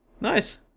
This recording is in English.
Nice